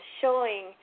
showing